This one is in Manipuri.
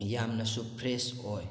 ꯌꯥꯝꯅꯁꯨ ꯐ꯭ꯔꯦꯁ ꯑꯣꯏ